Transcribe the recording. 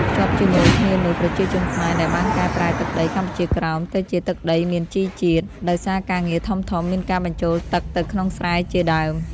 ភ្ជាប់ជាមួយគ្នានោះ ប្រជាជនខ្មែរដែលបានកែប្រែទឹកដី កម្ពុជាក្រោម ទៅជាទឹកដីមានជីរជាតិ ដោយសារការងារធំៗមានការបញ្ចូលទឹកទៅក្នុងស្រែជាដើម។